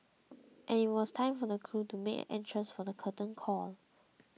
and it was time for the crew to make an entrance for the curtain call